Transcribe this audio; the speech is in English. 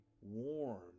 warm